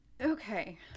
Okay